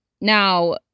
Now